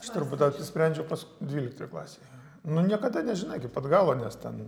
aš turbūt apsisprendžiauk pas dvyliktoj klasėj nu niekada nežinai iki pat galo nes ten